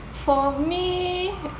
for me